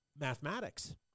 Mathematics